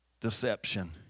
deception